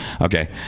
Okay